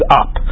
up